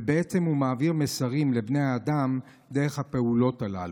ובעצם הוא מעביר מסרים לבני האדם דרך הפעולות הללו.